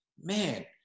man